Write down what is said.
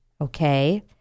okay